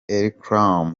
elcrema